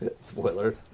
Spoiler